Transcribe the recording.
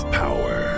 power